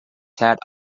set